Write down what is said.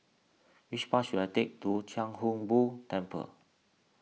which bus should I take to Chia Hung Boo Temple